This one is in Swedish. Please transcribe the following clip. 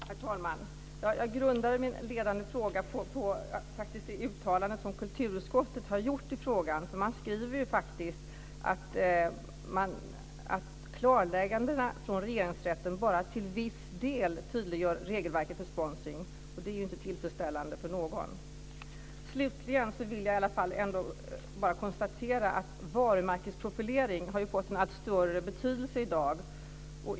Herr talman! Jag grundade min ledande fråga lite grann på det uttalande som kulturutskottet har gjort i frågan. Man skriver faktiskt att klarläggandena från Regeringsrätten bara till viss del tydliggör regelverket för sponsringen. Det är inte tillfredsställande för någon. Slutligen vill jag bara konstatera att varumärkesprofilering har fått allt större betydelse i dag.